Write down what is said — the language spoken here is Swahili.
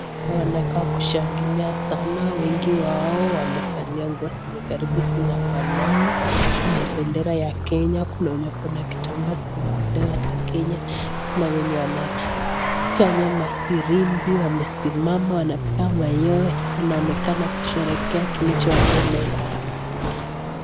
Wanaonekana kushangilia sana wengi wao yenye karibu zinafanana kuna bendera ya Kenya, kuna wenye wako a mitambaa ziko na bendera ya Kenya kuna wenye wanafanya masirimbi wanasimama wanapika mayowe wanaonekana kusherekea kicho mbele yao.